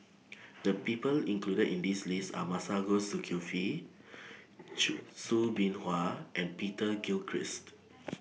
The People included in This list Are Masagos Zulkifli Chew Soo Bin Hua and Peter Gilchrist